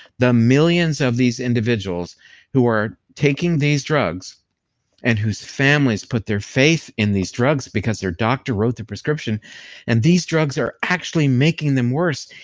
the millions of these individuals who are taking these drugs and whose families put their faith in these drugs because their doctor wrote the prescription and these drugs are actually making them worse.